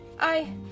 I